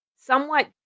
somewhat